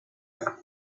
and